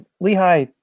Lehigh